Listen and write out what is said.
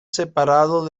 separado